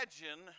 imagine